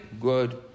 good